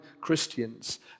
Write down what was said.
Christians